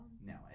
No